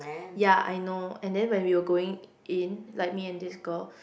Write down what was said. ya I know and then when we're going in like me and this girl